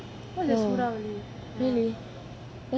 mm really